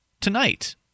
tonight